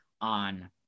on